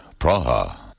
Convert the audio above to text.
Praha